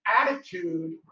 Attitude